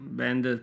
band